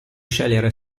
scegliere